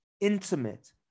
intimate